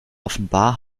offenbar